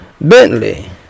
Bentley